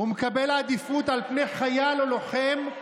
ומקבל עדיפות על פני חייל או לוחם,